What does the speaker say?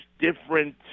different